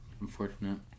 Unfortunate